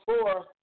four